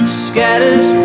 scatters